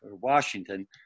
Washington